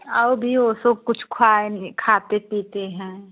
और भी वह सो कुछ खाए नहीं खाते पीते हैं